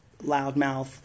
loudmouth